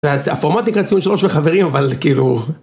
הפורמטיקה היא ציון3 וחברים, אבל, כאילו...